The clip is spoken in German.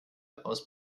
aus